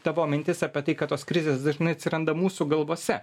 tavo mintis apie tai kad tos krizės dažnai atsiranda mūsų galvose